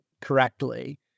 correctly